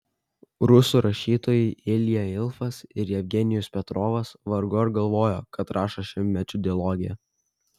rusų rašytojai ilja ilfas ir jevgenijus petrovas vargu ar galvojo kad rašo šimtmečių dilogiją